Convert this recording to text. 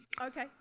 Okay